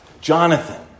Jonathan